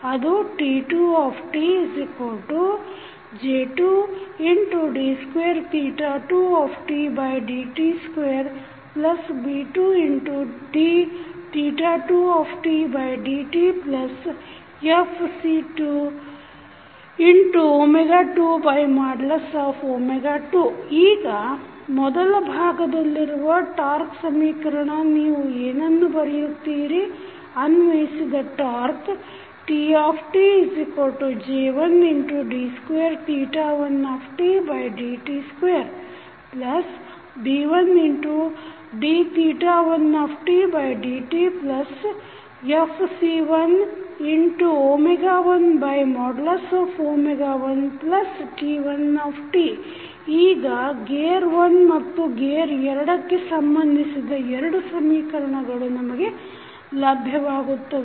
ಅದು T2tJ2d22dt2B2d2dtFc222 ಈಗ ಮೊದಲ ಭಾಗದಲ್ಲಿರುವ ಟಾಕ್೯ ಸಮೀಕರಣ ನೀವು ಏನ್ನು ಬರೆಯುತ್ತೀರಿ ಅನ್ವಯಿಸಿದ ಟಾಕ್೯ TtJ1d21tdt2B1d1tdtFc111T1 ಈಗ ಗೇರ್ 1 ಮತ್ತು ಗೇರ್ 2 ಕ್ಕೆ ಸಂಬಂಧಿಸಿದ 2 ಸಮೀಕರಣಗಳು ನಮಗೆ ಲಭ್ಯವಾಗುತ್ತವೆ